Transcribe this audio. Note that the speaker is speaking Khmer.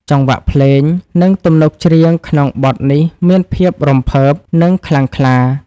ចង្វាក់ភ្លេង និងទំនុកច្រៀងក្នុងបទនេះមានភាពរំភើប និងខ្លាំងក្លា។